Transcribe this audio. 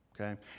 Okay